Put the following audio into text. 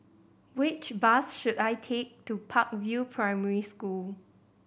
which bus should I take to Park View Primary School